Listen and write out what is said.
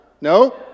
No